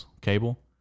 cable